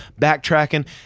backtracking